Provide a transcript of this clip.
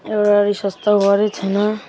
एउटा रिसर्च त गरेको छैन